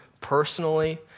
personally